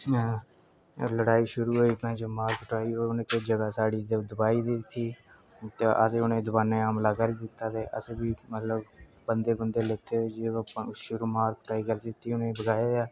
लड़ाई शुरु होई बहन चोद ते मार कुटाई और जगह जेहड़ी दबाई दी ही ते अस बी उने गी दबाने हा हमला कीता ते बंदे बुंदे लेते ते मारकुटाई कीती